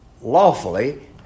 lawfully